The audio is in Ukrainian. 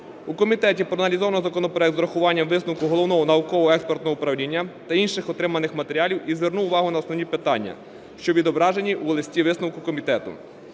У комітеті проаналізовано законопроект з урахуванням висновку Головного науково-експертного управління та інших отриманих матеріалів і звернули увагу на основні питання, що відображені у листі-висновку комітету.